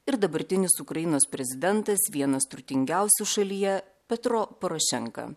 ir dabartinis ukrainos prezidentas vienas turtingiausių šalyje petro porošenka